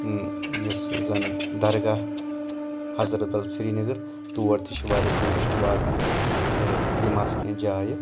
یُس زَن درگاہ حضرت بل سری نگر تور تہِ چھِ واریاہ ٹیوٗرِسٹ واتان تہٕ یِم آسہٕ کیٚنٛہہ جایہِ